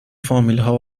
فامیلها